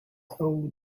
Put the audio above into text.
how